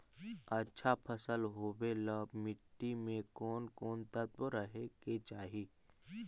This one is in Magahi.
अच्छा फसल होबे ल मट्टी में कोन कोन तत्त्व रहे के चाही?